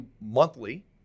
monthly